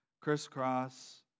crisscross